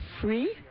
free